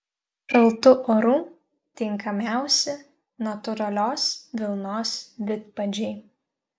šaltu oru tinkamiausi natūralios vilnos vidpadžiai